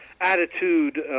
attitude